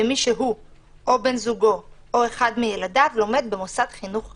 ומי שהוא או בן זוגו או אחד מילדיו לומד במוסד חינוך חרדי.